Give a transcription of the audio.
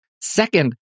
Second